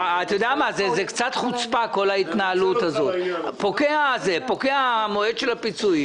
זאת קצת חוצפה שכשפוקע המועד של הפיצויים